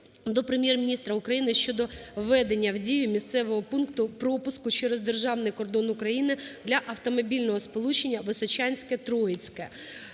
до Прем'єр-міністра України щодо введення в дію місцевого пункту пропуску через державний кордон України для автомобільного сполучення «Височанське – Троїцьке».